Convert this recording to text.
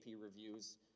reviews